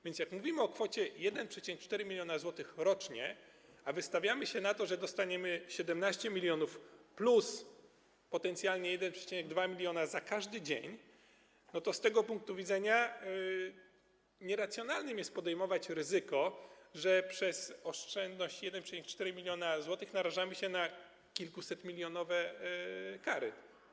Więc jak mówimy o kwocie 1,4 mln zł rocznie, a wystawiamy się na to, że dostaniemy 17 mln plus potencjalnie 1,2 mln za każdy dzień, to z tego punktu widzenia nieracjonalnie jest podejmować ryzyko i dla oszczędności 1,4 mln zł narażać się na kilkusetmilionowe kary.